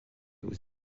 aux